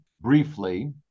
briefly